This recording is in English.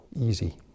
easy